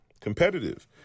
competitive